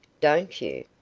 don't you?